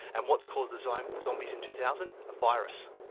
and what's caused the zombies zombies in two thousand? a virus.